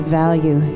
value